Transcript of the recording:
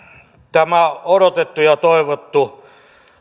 tämä odotettu ja toivottu